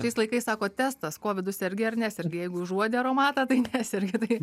šiais laikais sako testas kovidu sergi ar nesergi jeigu užuodi aromatą tai nesergi tai